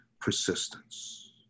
persistence